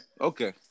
Okay